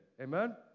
Amen